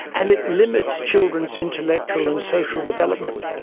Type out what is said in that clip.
and it limits children's intellectual and social development.